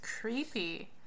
creepy